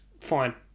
Fine